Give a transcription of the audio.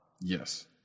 Yes